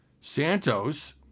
Santos